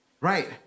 Right